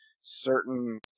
certain